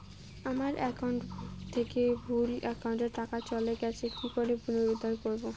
আমার একাউন্ট থেকে ভুল একাউন্টে টাকা চলে গেছে কি করে পুনরুদ্ধার করবো?